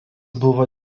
buvo